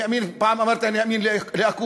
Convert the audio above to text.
פעם אמרתי שאני אאמין לאקוניס,